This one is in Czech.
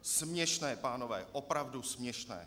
Směšné, pánové, opravdu směšné.